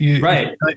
Right